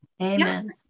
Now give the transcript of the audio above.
Amen